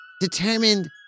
determined